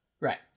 Right